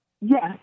Yes